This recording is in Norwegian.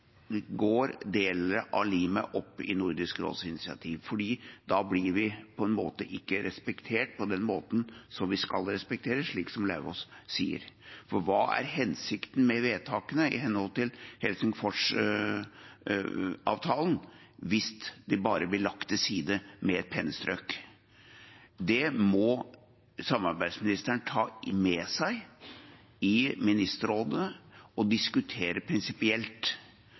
går Nordisk råds initiativ delvis opp i limingen, for da blir vi på en måte ikke respektert på den måten som vi skal respekteres, slik Lauvås sier. For hva er hensikten med vedtakene i henhold til Helsingforsavtalen hvis de bare blir lagt til side, fjernet med et pennestrøk? Det må samarbeidsministeren ta med seg i Ministerrådet og diskutere prinsipielt.